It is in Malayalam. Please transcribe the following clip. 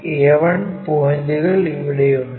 a1 പോയിന്റുകൾ ഇവിടെയുണ്ട്